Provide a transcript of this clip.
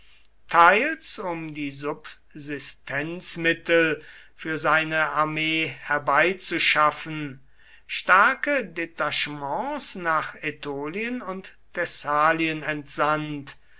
teils um die subsistenzmittel für seine armee herbeizuschaffen starke detachements nach ätolien und thessalien entsandt